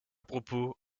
propos